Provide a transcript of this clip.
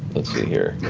let's see here.